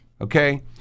okay